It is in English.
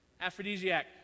aphrodisiac